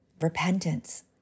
repentance